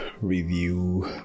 review